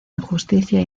injusticia